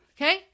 Okay